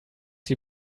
sie